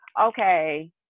Okay